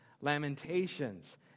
Lamentations